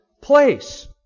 place